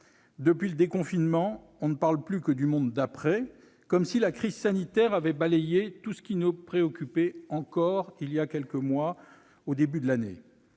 Depuis le déconfinement, on ne parle plus que du monde d'après, comme si la crise sanitaire avait balayé tout ce qui nous préoccupait encore il y a quelques mois. Sous le tapis